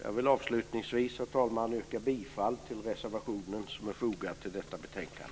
Jag vill avslutningsvis yrka bifall till reservationen i detta betänkande.